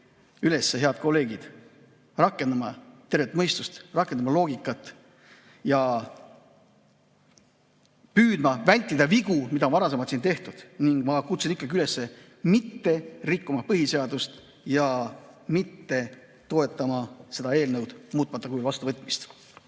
üles, head kolleegid, rakendama tervet mõistust, rakendama loogikat ja püüdma vältida vigu, mida siin varem on tehtud. Ma kutsun ikkagi üles mitte rikkuma põhiseadust ja mitte toetama selle eelnõu muutmata kujul vastuvõtmist.